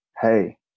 Hey